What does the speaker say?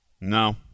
no